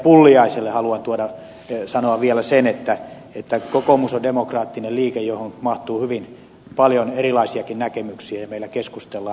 pulliaiselle haluan sanoa vielä sen että kokoomus on demokraattinen liike johon mahtuu hyvin paljon erilaisiakin näkemyksiä ja meillä keskustellaan